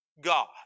God